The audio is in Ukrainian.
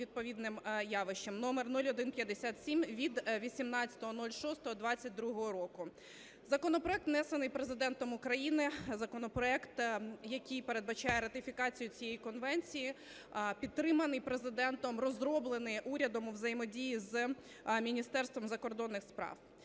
відповідним явищам (№ 0157) (від 18.06.2022 року). Законопроект внесений Президентом України. Законопроект, який передбачає ратифікацію цієї конвенції, підтриманий Президентом, розроблений урядом у взаємодії з Міністерством закордонних справ.